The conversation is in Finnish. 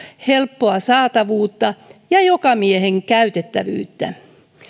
helppoa saatavuutta ja jokamiehen käytettävyyttä